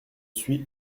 suis